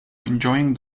enjoying